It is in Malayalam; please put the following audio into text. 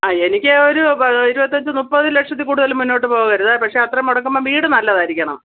ആ എനിക്ക് ഒരു ഇരുപത്തഞ്ച് മുപ്പത് ലക്ഷത്തിൽ കൂടുതൽ മുന്നോട്ട് പോകരുത് പക്ഷേ അത്രയും മുടക്കുമ്പോൾ വീട് നല്ലതായിരിക്കണം